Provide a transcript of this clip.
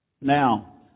Now